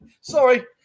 Sorry